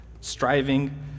striving